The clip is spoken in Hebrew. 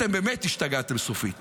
אתם באמת השתגעתם סופית.